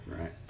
Right